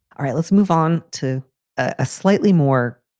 all right, let's move on to a slightly more.